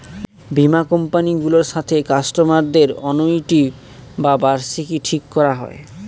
বীমা কোম্পানি গুলোর সাথে কাস্টমারদের অনুইটি বা বার্ষিকী ঠিক করা হয়